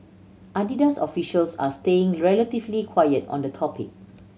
Adidas officials are staying relatively quiet on the topic